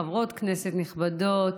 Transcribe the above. חברות כנסת נכבדות,